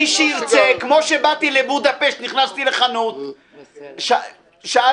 כמו שבאתי לבודפשט, נכנסתי לחנות, שאלתי,